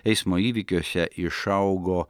eismo įvykiuose išaugo